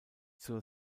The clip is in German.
zur